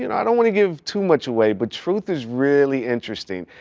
and i don't wanna give too much away, but truth is really interesting.